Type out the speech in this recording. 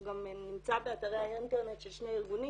גם נמצא באתרי האינטרנט של שני ארגונים,